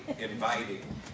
inviting